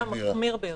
זה המחמיר ביותר.